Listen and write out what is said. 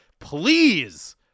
Please